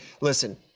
listen